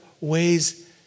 ways